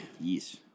Yes